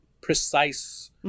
precise